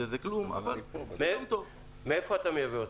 שזה כלום, אבל --- מאיפה אתה מייבא?